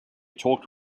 talked